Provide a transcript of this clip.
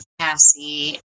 Cassie